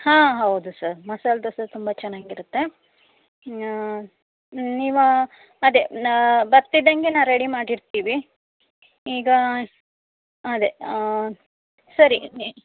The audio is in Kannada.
ಹಾಂ ಹೌದು ಸರ್ ಮಸಾಲೆ ದೋಸೆ ತುಂಬ ಚೆನಾಗಿರುತ್ತೆ ನೀವಾ ಅದೇ ನಾ ಬರ್ತಿದ್ದಂಗೆನೆ ರೆಡಿ ಮಾಡಿಡ್ತೀವಿ ಈಗ ಅದೇ ಹಾಂ ಸರಿ ನಿ